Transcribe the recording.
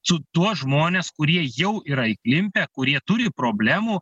su tuos žmonės kurie jau yra įklimpę kurie turi problemų